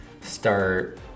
start